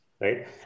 Right